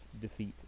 defeat